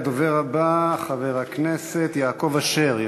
והדובר הבא הוא חבר הכנסת יעקב אשר.